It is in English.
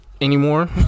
anymore